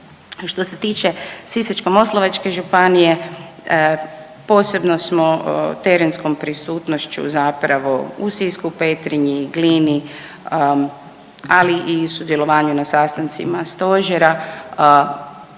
Što se tiče Sisačko-moslavačke županije, posebno smo terenskom prisutnošću zapravo u Sisku, Petrinji i Glini, ali i sudjelovanju na sastancima Stožera